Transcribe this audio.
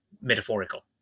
metaphorical